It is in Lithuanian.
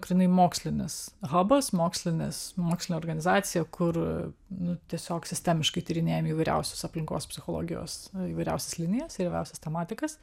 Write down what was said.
grynai mokslinis habas mokslinis mokslinė organizacija kur nu tiesiog sistemiškai tyrinėjam įvairiausius aplinkos psichologijos įvairiausias linijas įvairiausias tematikas